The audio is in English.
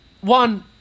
One